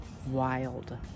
wild